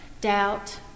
doubt